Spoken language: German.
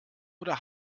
oder